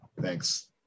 Thanks